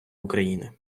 україни